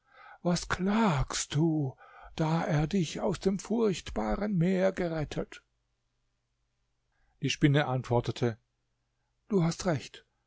was klagst du da er dich aus dem furchtbaren meer gerettet die spinne antwortete du hast recht